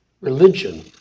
religion